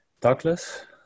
Douglas